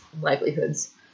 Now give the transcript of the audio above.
livelihoods